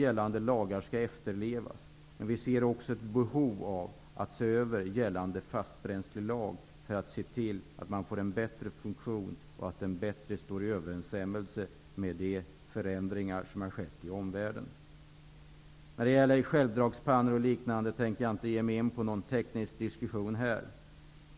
Gällande lagar skall givetvis efterlevas, men det finns ett behov av att man ser över gällande fastbränslelag för att den skall få en bättre funktion och stå i bättre överensstämmelse med de förändringar som har skett i omvärlden. När det gäller självdragspannor och liknande vill jag här inte ge mig in på någon teknisk diskussion.